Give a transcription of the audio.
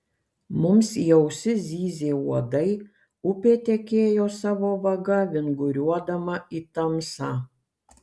mums į ausis zyzė uodai upė tekėjo savo vaga vinguriuodama į tamsą